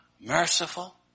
merciful